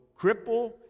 cripple